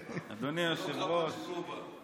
חבל שהוא לא בא.